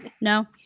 No